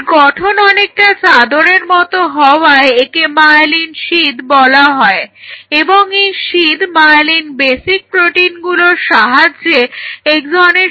এর গঠন অনেকটা চাদরের মতো হওয়ায় একে মায়োলিন সিদ্ বলা হয় এবং এই সিদ্ মায়েলিন বেসিক প্রোটিনগুলোর সাহায্যে এক্সনের সাথে আটকে থাকে